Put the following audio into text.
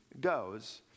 goes